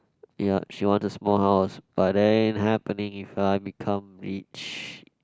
ya she want a small house but then happening if I become rich